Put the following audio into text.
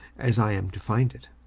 as i am to find it.